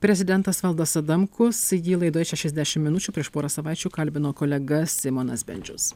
prezidentas valdas adamkus jį laidoje šešiasdešim minučių prieš porą savaičių kalbino kolega simonas bendžius